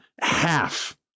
half